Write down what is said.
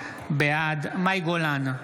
בעד מאי גולן,